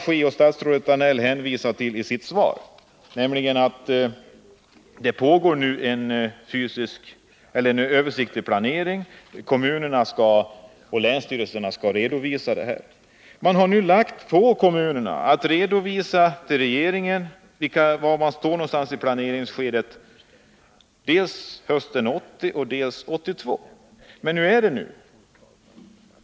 Statsrådet Danell hänvisar i sitt svar till att det skall ske en planering. Det pågår ju en översiktsplanering, där kommunerna och länsstyrelserna skall redovisa för regeringen var de står i planeringsskedet — dels hösten 1980, dels 1982. Men hur är det?